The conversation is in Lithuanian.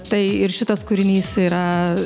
tai ir šitas kūrinys yra